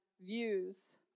views